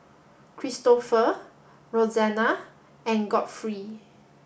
Kristofer Roxanna and Godfrey